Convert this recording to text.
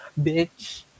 Bitch